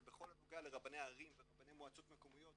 אבל בכל הנוגע לרבני ערים ורבני מועצות מקומיות,